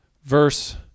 Verse